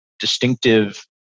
distinctive